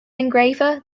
engraver